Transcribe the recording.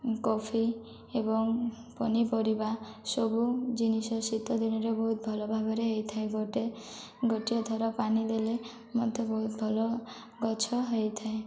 coffee ଏବଂ ପନିପରିବା ସବୁ ଜିନିଷ ଶୀତ ଦିନରେ ବହୁତ ଭଲ ଭାବରେ ହୋଇଥାଏ ଗୋଟିଏ ଗୋଟିଏ ଥର ପାଣି ଦେଲେ ମଧ୍ୟ ତେ ବହୁତ ଭଲ ଗଛ ହୋଇଥାଏ